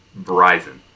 Verizon